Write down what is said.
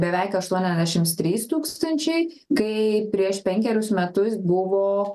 beveik aštuoniasdešims trys tūkstančiai kai prieš penkerius metus buvo